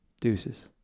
Deuces